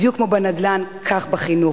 בדיוק כמו בנדל"ן, כך בחינוך.